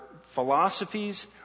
philosophies